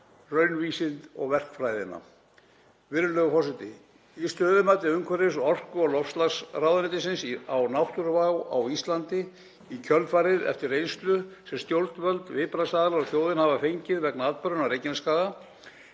raunvísindi og verkfræði.